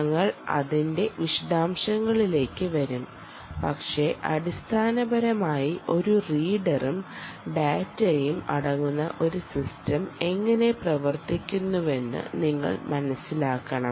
ഞങ്ങൾ അതിന്റെ വിശദാംശങ്ങളിലേക്ക് വരും പക്ഷേ അടിസ്ഥാനപരമായി ഒരു റീഡറും ഡാറ്റയും അടങ്ങുന്ന ഒരു സിസ്റ്റം എങ്ങനെ പ്രവർത്തിക്കുന്നുവെന്ന് നിങ്ങൾ മനസിലാക്കണം